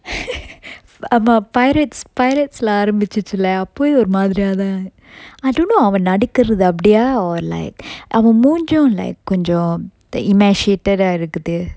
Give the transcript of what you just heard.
ஆமா:aama pirates pirates lah ஆரம்பிச்சுசுல அப்பவே ஒரு மாதிரியாத்தான்:aarambichuchula appave oru madiriyathaan I don't know அவன் நடிக்கிறது அப்டியா:nadikkirathu apdiya or or like அவன் மூஞ்சியும்:avan moonjiyum like கொஞ்சம்:konjam inassiated ah இருக்குது:irukkuthu